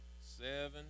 seven